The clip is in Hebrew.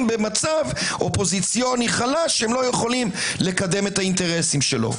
במצב אופוזיציוני חלש שהם לא יכולים לקדם א האינטרסים שלו.